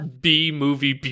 b-movie